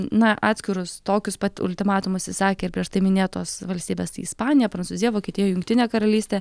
na atskirus tokius pat ultimatumus išsakė ir prieš tai minėtos valstybės ispanija prancūzija vokietija jungtinė karalystė